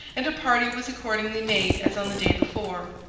and a party was accordingly made as on the day before.